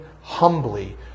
humbly